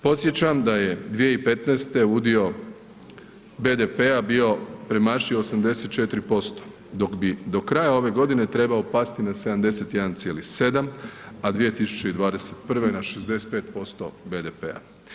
Podsjećam da je 2015. udio BDP-a bio premašio 84%, dok bi do kraja ove godine trebao pasti na 71,7, a 2021. na 65% BDP-a.